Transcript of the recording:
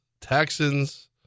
texans